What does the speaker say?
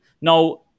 Now